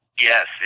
Yes